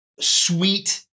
sweet